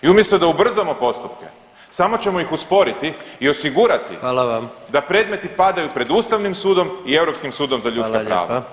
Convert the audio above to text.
I umjesto da ubrzamo postupke samo ćemo ih usporiti i osigurati [[Upadica predsjednik: Hvala vam.]] da predmeti padaju pred ustavnim sudom i Europskim sudom za ljudska prava.